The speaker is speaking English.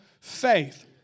faith